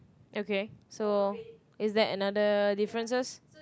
okay so is that another differences